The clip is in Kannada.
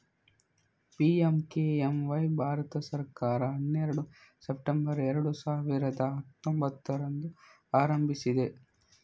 ಪಿ.ಎಂ.ಕೆ.ಎಂ.ವೈ ಭಾರತ ಸರ್ಕಾರ ಹನ್ನೆರಡು ಸೆಪ್ಟೆಂಬರ್ ಎರಡು ಸಾವಿರದ ಹತ್ತೊಂಭತ್ತರಂದು ಆರಂಭಿಸಿದೆ